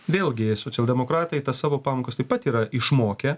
vėlgi socialdemokratai tas savo pamokas taip pat yra išmokę